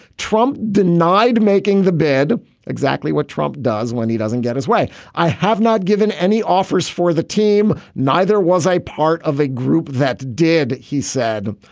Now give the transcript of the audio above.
trump denied making the bid exactly what trump does when he doesn't get his way. i have not given any offers for the team. neither was a part of a group that did he said.